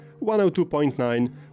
102.9